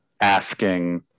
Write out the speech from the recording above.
asking